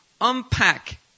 unpack